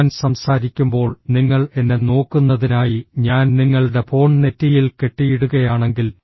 ഞാൻ സംസാരിക്കുമ്പോൾ നിങ്ങൾ എന്നെ നോക്കുന്നതിനായി ഞാൻ നിങ്ങളുടെ ഫോൺ നെറ്റിയിൽ കെട്ടിയിടുകയാണെങ്കിൽ